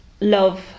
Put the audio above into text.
Love